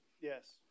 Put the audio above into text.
Yes